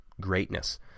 greatness